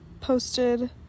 posted